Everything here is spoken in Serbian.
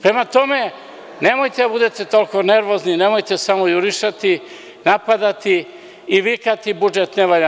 Prema tome, nemojte da budete toliko nervozni, nemojte samo jurišati, napadati i vikati – budžet ne valja.